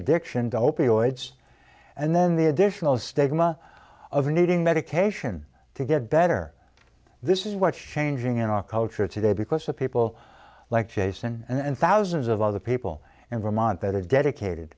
addiction to opioids and then the additional statement of needing medication to get better this is what's changing in our culture today because of people like jason and thousands of other people and vermont that are dedicated